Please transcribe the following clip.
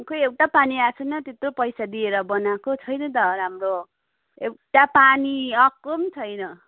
खोइ एउटा पानी आएको छैन त्यत्रो पैसा दिएर बनाएको छैन त राम्रो एउटा पानी आएको पनि छैन